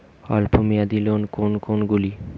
অল্প মেয়াদি লোন কোন কোনগুলি?